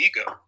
ego